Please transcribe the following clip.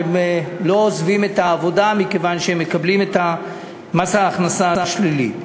והם לא עוזבים את העבודה מכיוון שהם מקבלים את מס ההכנסה השלילי.